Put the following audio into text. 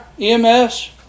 EMS